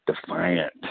defiant